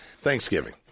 thanksgiving